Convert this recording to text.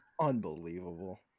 Unbelievable